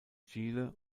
chile